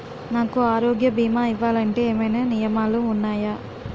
నాకు ఆరోగ్య భీమా ఇవ్వాలంటే ఏమైనా నియమాలు వున్నాయా?